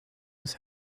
was